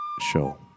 show